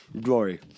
Glory